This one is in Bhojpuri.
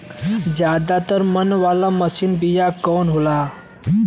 ज्यादा दर मन वाला महीन बिया कवन होला?